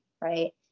right